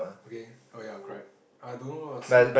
okay oh ya correct I don't know lah see